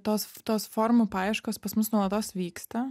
tos tos formų paieškos pas mus nuolatos vyksta